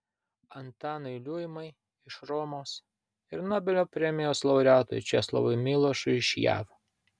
antanui liuimai iš romos ir nobelio premijos laureatui česlovui milošui iš jav